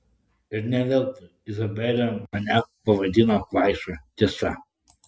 ir ne veltui izabelė mane pavadino kvaiša tiesa